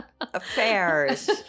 affairs